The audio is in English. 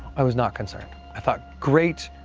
i was not concerned. i thought great,